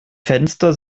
fenster